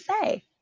say